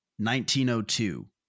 1902